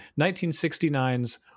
1969's